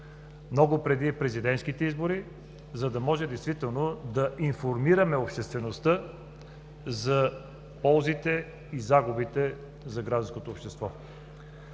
много преди президентските избори, за да може действително да информираме обществеността за ползите и загубите за гражданското общество.